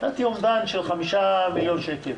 נתתי אומדן של חמישה מיליון שקל.